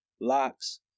Locks